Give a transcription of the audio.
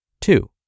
Two